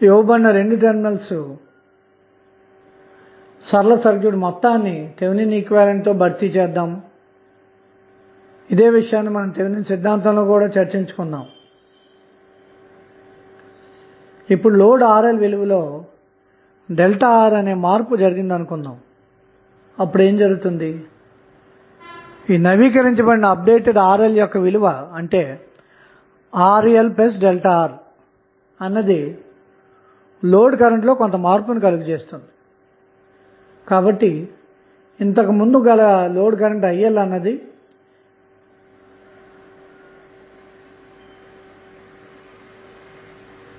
ఇప్పుడు మీరు ఈ సర్క్యూట్ లో గమనిస్తే ఎటువంటి వోల్టేజ్ సోర్స్ కానీ కరెంటు సోర్స్ కానీ లేవు ఎందుకంటే ఉన్న ఒక్క వోల్టేజ్ సోర్స్ ను మనము షార్ట్